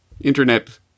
internet